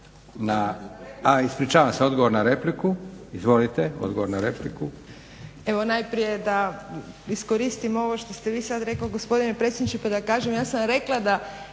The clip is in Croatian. a ispričavam se odgovor na repliku. Izvolite. **Tireli,